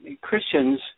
Christians